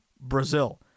Brazil